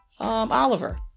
Oliver